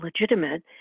legitimate